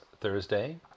Thursday